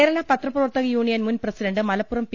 കേരള പത്രപ്രവർത്തകയൂണിയൻ മുൻ president Malappuram P